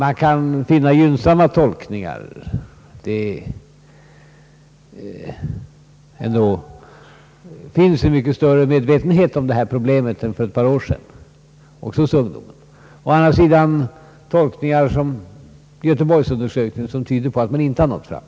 Att medvetenheten om problemet är mycket större än för ett par år sedan är naturligtvis gynnsamt. Å andra sidan tyder exempelvis Göteborgsundersökningen på att budskapet inte nått fram.